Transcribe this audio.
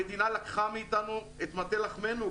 המדינה לקחה מאיתנו את מטה לחמינו.